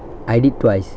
I did twice